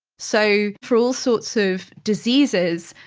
so for all sort sort of diseases,